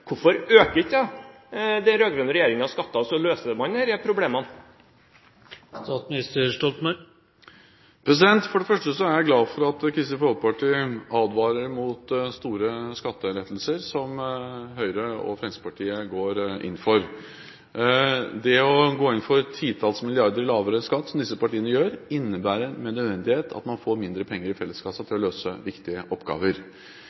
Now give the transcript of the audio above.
Hvorfor øker ikke den rød-grønne regjeringen skattene, slik at man får løst disse problemene? For det første er jeg glad for at Kristelig Folkeparti advarer mot store skattelettelser, som Høyre og Fremskrittspartiet går inn for. Det å gå inn for titalls milliarder i lavere skatt, som disse partiene gjør, innebærer nødvendigvis at man får mindre penger i felleskassa til å løse viktig oppgaver.